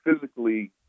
physically